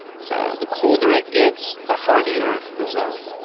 so the colder it gets, the hardier the zone.